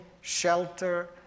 shelter